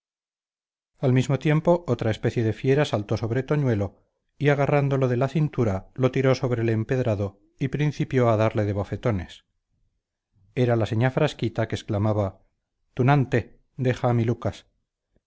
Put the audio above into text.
al mismo tiempo otra especie de fiera saltó sobre toñuelo y agarrándolo de la cintura lo tiró sobre el empedrado y principió a darle de bofetones era la señá frasquita que exclamaba tunante deja a mi lucas